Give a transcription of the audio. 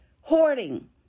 hoarding